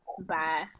bye